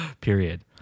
Period